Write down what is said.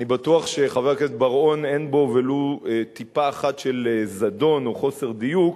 אני בטוח שחבר הכנסת בר-און אין בו ולו טיפה אחת של זדון או חוסר דיוק,